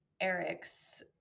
Eric's